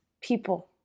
people